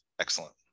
excellent